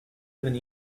even